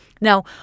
Now